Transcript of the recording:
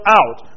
out